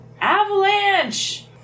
avalanche